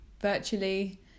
virtually